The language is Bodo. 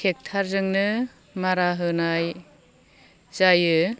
टेक्टारजोंनो मारा होनाय जायो